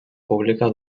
pública